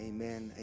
Amen